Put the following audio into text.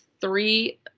three